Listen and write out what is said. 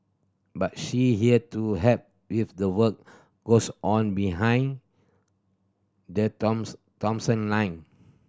but she here to help with the work goes on behind the Thomson Thomson line